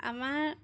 আমাৰ